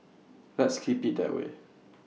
let's keep IT that way